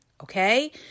okay